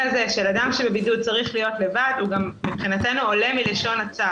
אדוני, אני מציעה לתמוך בנוסח שלך.